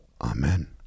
Amen